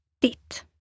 Dit